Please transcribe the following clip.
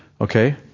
okay